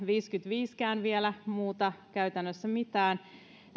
viisikymmentäviisikään vielä muuta käytännössä mitään